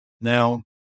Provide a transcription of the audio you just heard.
Now